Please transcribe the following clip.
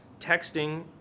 texting